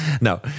No